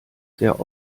sehr